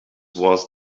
was